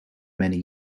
many